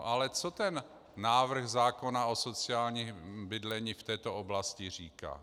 Ale co ten návrh zákona o sociálním bydlení v této oblasti říká.